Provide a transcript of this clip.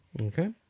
Okay